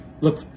look